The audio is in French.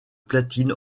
platine